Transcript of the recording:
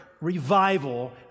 revival